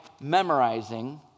memorizing